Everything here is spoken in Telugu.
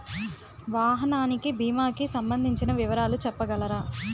వాహనానికి భీమా కి సంబందించిన వివరాలు చెప్పగలరా?